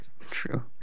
true